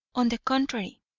on the contrary.